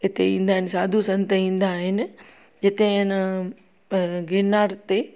हिते ईंदा आहिनि साधू संत ईंदा आहिनि जिते हिन गिरनार ते